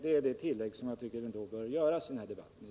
Detta är det tillägg som jag tycker bör göras i den här debatten.